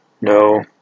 no